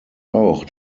auch